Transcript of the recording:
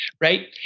Right